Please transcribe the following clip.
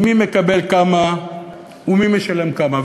היא מי מקבל מה כמה ומי משלם כמה.